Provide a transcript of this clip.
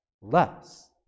less